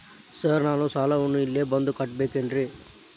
Sir ನಾನು ಸಾಲವನ್ನು ಇಲ್ಲೇ ಬಂದು ಕಟ್ಟಬೇಕೇನ್ರಿ?